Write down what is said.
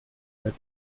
hört